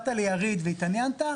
באת ליריד והתעניינת?